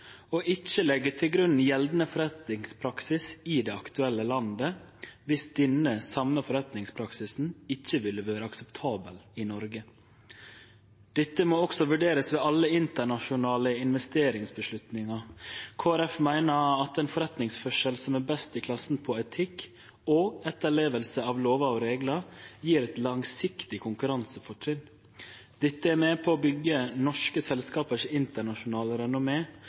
ikkje legg til grunn gjeldande forretningspraksis i det aktuelle landet viss den same forretningspraksisen ikkje ville vore akseptabel i Noreg. Dette må også vurderast ved alle internasjonale investeringsvedtak. Kristeleg Folkeparti meiner at ein forretningsførsel som er best i klassen på etikk og etterleving av lover og reglar, gjev eit langsiktig konkurransefortrinn. Dette er med på å byggje det internasjonale renommeet til norske